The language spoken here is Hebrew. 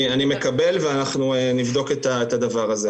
אני מקבל ואנחנו נבדוק את הדבר הזה.